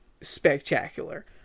spectacular